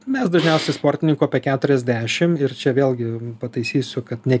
mes dažniausiai sportininkų apie keturiasdešimt ir čia vėlgi pataisysiu kad ne